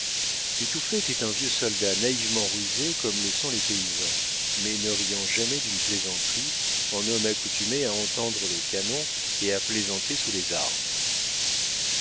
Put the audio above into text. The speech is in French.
mitouflet était un vieux soldat naïvement rusé comme le sont les paysans mais ne riant jamais d'une plaisanterie en homme accoutumé à entendre le canon et à plaisanter sous les armes